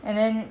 and then